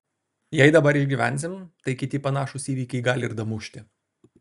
jei dabar išgyvensim tai kiti panašūs įvykiai gali ir damušti